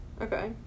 okay